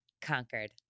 conquered